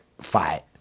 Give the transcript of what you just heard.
fight